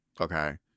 Okay